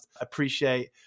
appreciate